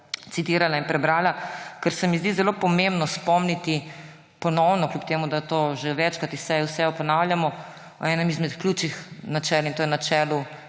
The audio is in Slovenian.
citirala in prebrala, ker se mi zdi zelo pomembno ponovno spomniti, kljub temu da to že večkrat iz seje v sejo ponavljamo, na eno izmed ključnih načel, in to je načelo